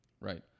right